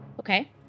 Okay